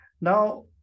now